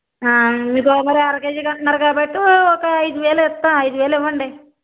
మీరు ఇంక అర కేజీ కావాలంటున్నారు కాబట్టి ఒక ఐదు వేలు వేస్కోన్ ఐదు వేలు ఇవ్వండి